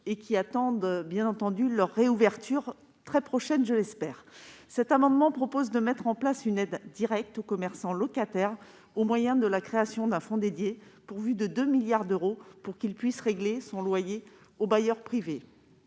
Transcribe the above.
fermés, attendent leur réouverture très prochaine. Cet amendement vise à mettre en place une aide directe au commerçant locataire, au moyen de la création d'un fonds dédié pourvu de 2 milliards d'euros, pour qu'il puisse régler son loyer au bailleur privé.